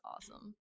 awesome